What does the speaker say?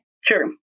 Sure